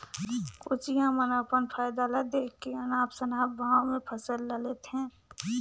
कोचिया मन अपन फायदा ल देख के अनाप शनाप भाव में फसल ल लेथे